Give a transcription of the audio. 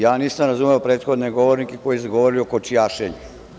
Ja nisam razumeo prethodne govornike koji su govorili o kočijašenju.